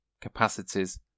capacities